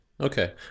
Okay